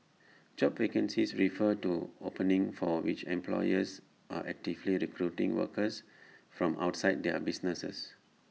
job vacancies refer to openings for which employers are actively recruiting workers from outside their businesses